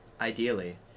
Ideally